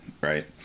right